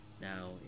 Now